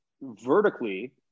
vertically